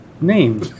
name